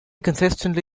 consistently